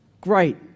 Great